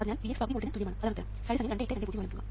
അതിനാൽ Vx പകുതി വോൾട്ടിന് തുല്യമാണ് അതാണ് ഉത്തരം